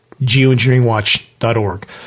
geoengineeringwatch.org